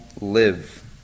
Live